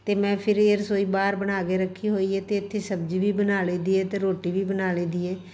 ਅਤੇ ਮੈਂ ਫਿਰ ਇਹ ਰਸੋਈ ਬਾਹਰ ਬਣਾ ਕੇ ਰੱਖੀ ਹੋਈ ਹੈ ਅਤੇ ਇੱਥੇ ਸਬਜ਼ੀ ਵੀ ਬਣਾ ਲਈ ਦੀ ਹੈ ਅਤੇ ਰੋਟੀ ਵੀ ਬਣਾ ਲਈ ਦੀ ਹੈ